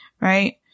Right